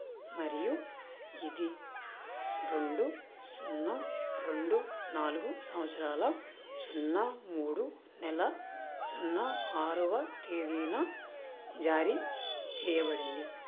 మరియు ఇది రెండు సున్నా రెండు నాలుగు సంవత్సరాల సున్నా మూడు నెల సున్నా ఆరవ తేదీన జారీ చేయబడింది